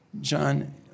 John